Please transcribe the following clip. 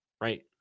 right